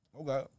Okay